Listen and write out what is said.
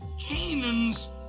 Canaan's